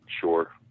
sure